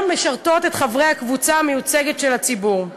משרתות את חברי הקבוצה המיוצגת ואת הציבור.